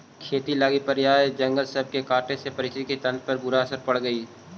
खेती लागी प्रायह जंगल सब के काटे से पारिस्थितिकी तंत्र पर बुरा असर पड़ हई